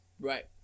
Right